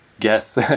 guess